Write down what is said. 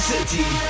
City